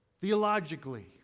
theologically